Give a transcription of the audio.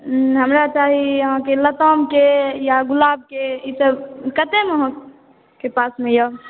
हमरा चाही अहाँकेॅं लताम के या गुलाब के ईसब कते मे अहाँके पास मे यऽ